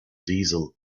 diesel